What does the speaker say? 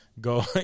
go